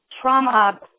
trauma